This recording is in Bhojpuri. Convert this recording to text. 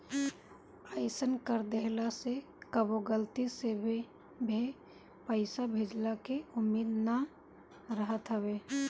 अइसन कर देहला से कबो गलती से भे पईसा भेजइला के उम्मीद ना रहत हवे